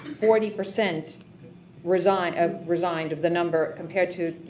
forty percent resigned ah resigned of the number compared to you